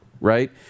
right